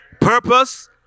purpose